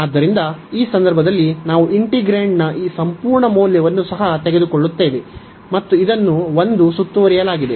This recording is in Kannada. ಆದ್ದರಿಂದ ಈ ಸಂದರ್ಭದಲ್ಲಿ ನಾವು ಇಂಟಿಗ್ರೇಂಡ್ನ ಈ ಸಂಪೂರ್ಣ ಮೌಲ್ಯವನ್ನು ಸಹ ತೆಗೆದುಕೊಳ್ಳುತ್ತೇವೆ ಮತ್ತು ಇದನ್ನು 1 ಸುತ್ತುವರಿಯಲಾಗುತ್ತದೆ